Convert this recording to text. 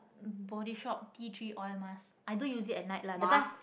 Bodyshop tea tree oil mask I do use it at night lah the time